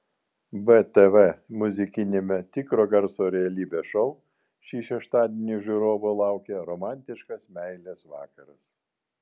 btv muzikiniame tikro garso realybės šou šį šeštadienį žiūrovų laukia romantiškas meilės vakaras